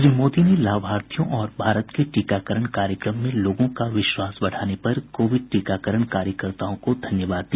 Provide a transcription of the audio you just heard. श्री मोदी ने लाभार्थियों और भारत के टीकाकरण कार्यक्रम में लोगों का विश्वास बढ़ाने पर कोविड टीकाकरण कार्यकर्ताओं को धन्यवाद दिया